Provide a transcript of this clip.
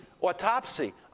autopsy